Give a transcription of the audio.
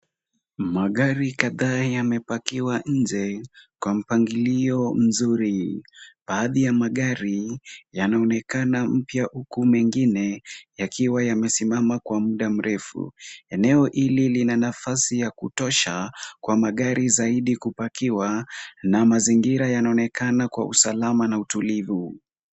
Magari kadhaa yamepackiwa nje kwa mpangilio mzuri. Baadhi ya magari yanaonekana mpya huku mengine yakiwa yamesimama kwa muda mrefu. Eneo hili lina nafasi ya kutosha kwa magari zaidi kupackiwa na mazingira yanaonekana kwa usalama na utulivu.